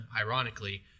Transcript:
ironically